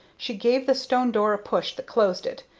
she gave the stone door a push that closed it.